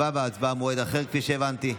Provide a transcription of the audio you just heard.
כפי שהבנתי,